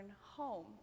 home